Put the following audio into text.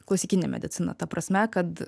klasikinę mediciną ta prasme kad